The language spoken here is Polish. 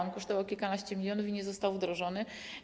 On kosztował kilkanaście milionów i nie został wdrożony.